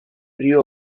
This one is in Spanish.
río